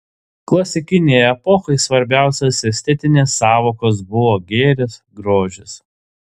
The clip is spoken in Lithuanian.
klasikinei epochai svarbiausios estetinės sąvokos buvo gėris grožis